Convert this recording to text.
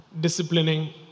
disciplining